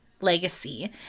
legacy